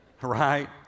right